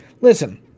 listen